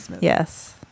Yes